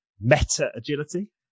meta-agility